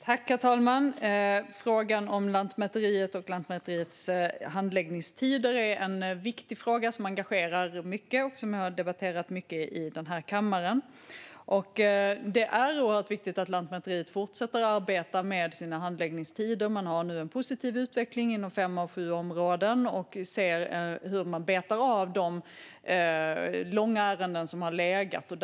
Herr talman! Frågan om Lantmäteriet och Lantmäteriets handläggningstider är en viktig fråga som engagerar många och som jag har debatterat mycket i den här kammaren. Det är oerhört viktigt att Lantmäteriet fortsätter arbeta med sina handläggningstider. Man har nu en positiv utveckling inom fem av sju områden, och vi ser hur man betar av ärenden som har legat länge.